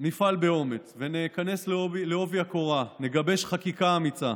נפעל באומץ וניכנס בעובי הקורה, נגבש חקיקה אמיצה,